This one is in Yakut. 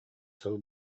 сыл